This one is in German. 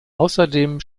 außerdem